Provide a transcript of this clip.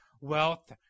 wealth